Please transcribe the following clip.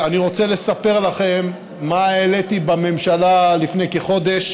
אני רוצה לספר לכם מה העליתי בממשלה לפני כחודש